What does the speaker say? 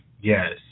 yes